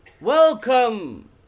welcome